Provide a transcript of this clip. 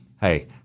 Hey